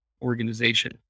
organization